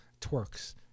twerks